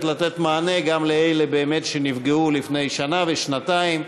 לתת מענה גם לאלה שנפגעו לפני שנה ושנתיים.